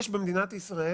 יש במדינת ישראל